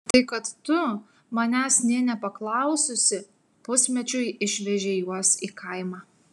tai kad tu manęs nė nepaklaususi pusmečiui išvežei juos į kaimą